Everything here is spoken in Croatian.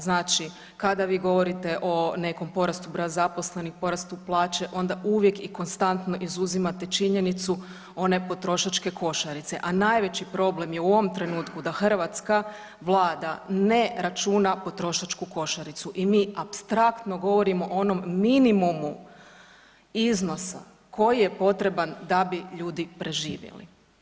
Znači kada vi govorite o nekom porastu broja zaposlenih, porastu plaće, onda uvijek i konstantno izuzimate činjenicu one potrošačke košarice, a najveći problem je u ovom trenutku da hrvatska Vlada ne računa potrošačku košarica i mi apstraktno govorimo o onom minimumu iznosa koji je potreban da bi ljudi preživjeli.